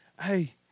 Hey